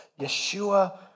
Yeshua